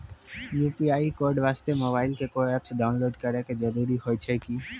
UPI code वास्ते mobile मे कोय एप्प डाउनलोड करे के जरूरी होय छै की?